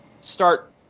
start